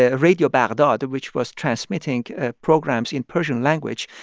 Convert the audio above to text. ah radio baghdad, which was transmitting programs in persian language,